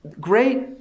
great